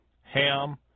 Ham